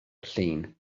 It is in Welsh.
llun